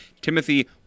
Timothy